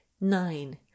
nine